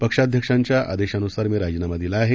पक्षाध्यक्षांच्याआदेशानुसारमीराजीनामादिलाआहे